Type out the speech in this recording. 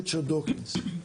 ריצ'ארד דורקינס.